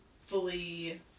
fully